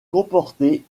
comporter